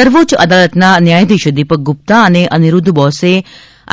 સર્વોચ્ય અદાલતના ન્યાયાધીશ દીપક ગુપ્તા અને અનીરુધ્ધ બોસે